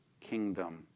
kingdom